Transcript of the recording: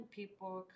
people